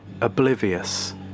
oblivious